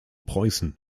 preußen